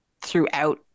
throughout